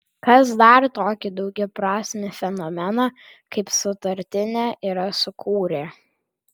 kas dar tokį daugiaprasmį fenomeną kaip sutartinė yra sukūrę